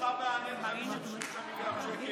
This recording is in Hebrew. אותך מעניינים 53 מיליארד שקל,